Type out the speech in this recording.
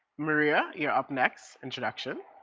maria, you're up next, into duks? ah